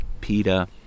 PETA